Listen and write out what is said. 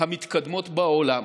המתקדמות בעולם.